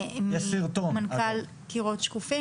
מנכ"ל 'קירות שקופים'.